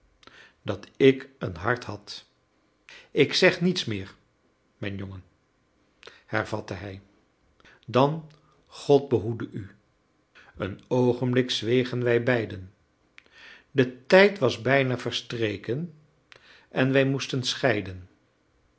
dat ik een hart had ik zeg niets meer mijn jongen hervatte hij dan god behoede u een oogenblik zwegen wij beiden de tijd was bijna verstreken en wij moesten scheiden